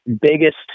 biggest